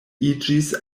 iĝis